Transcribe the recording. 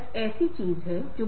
बेशक ये चीजें इतनी सरल नहीं हैं